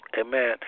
amen